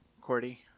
Cordy